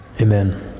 Amen